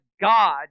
God